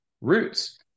roots